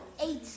eight